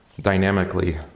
dynamically